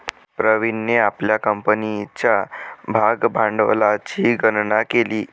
प्रवीणने आपल्या कंपनीच्या भागभांडवलाची गणना केली